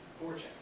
fortune